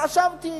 חשבתי,